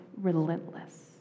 relentless